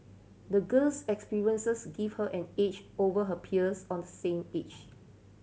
the girl's experiences gave her an edge over her peers of the same age